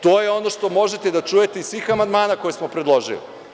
To je ono što možete da čujete iz svih amandmana koje smo predložili.